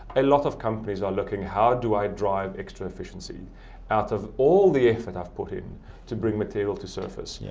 a lot of companies are looking, how do i drive extra efficiency out of all the effort i've put in to bring materials to surface? yeah